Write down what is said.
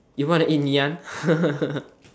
you want to eat Ngee-Ann